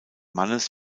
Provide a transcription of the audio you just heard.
mannes